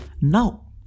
Now